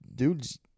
Dude's